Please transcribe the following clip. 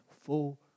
full